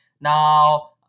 Now